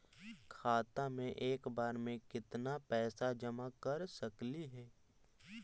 खाता मे एक बार मे केत्ना पैसा जमा कर सकली हे?